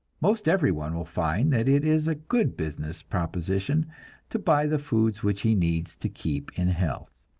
most everyone will find that it is a good business proposition to buy the foods which he needs to keep in health.